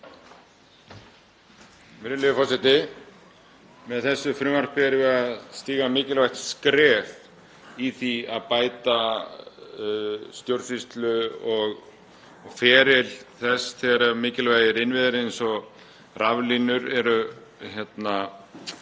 Virðulegi forseti. Með þessu frumvarpi erum við að stíga mikilvægt skref í því að bæta stjórnsýslu og feril þess þegar mikilvægir innviðir eins og raflínur eiga